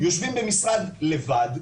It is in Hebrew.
יושבים במשרד לבד,